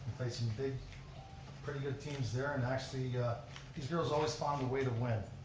played some big pretty good teams there and actually these girls always found a way to win.